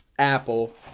Apple